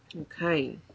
Okay